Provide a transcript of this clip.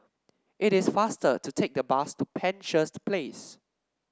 it is faster to take a bus to Penshurst Place